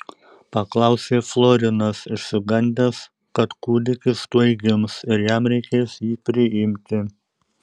paklausė florinas išsigandęs kad kūdikis tuoj gims ir jam reikės jį priimti